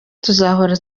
tuzahora